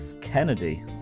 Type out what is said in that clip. Kennedy